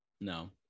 no